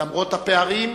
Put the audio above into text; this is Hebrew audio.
למרות הפערים,